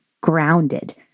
grounded